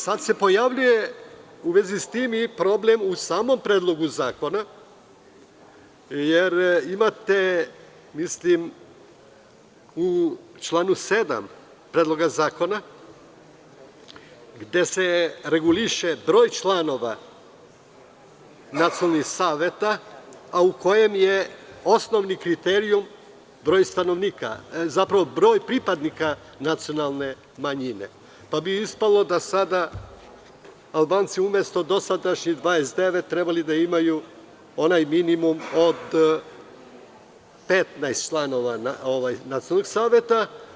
Sada se pojavljuje u vezi sa tim problem u samom Predlogu zakona, jer u članu 7. imate gde se reguliše broj članova nacionalnih saveta, a u kojem je osnovni kriterijum broj stanovnika, zapravo broj pripadnika nacionalne manjine, pa bi ispalo da Albanci umesto dosadašnjih 29 treba da imaju minimum od 15 članova nacionalnog saveta.